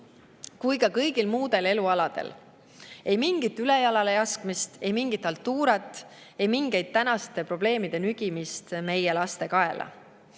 kui ka kõigil muudel elualadel. Ei mingit ülejala laskmist, ei mingit haltuurat, ei mingit tänaste probleemide nügimist meie laste kaela.